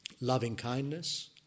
loving-kindness